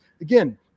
Again